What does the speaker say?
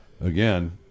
again